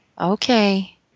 Okay